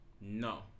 No